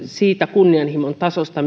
siitä kunnianhimon tasosta